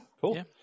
cool